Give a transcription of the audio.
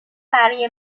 برای